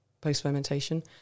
post-fermentation